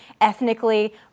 ethnically